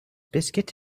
biscuit